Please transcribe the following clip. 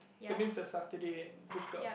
that means the Saturday book out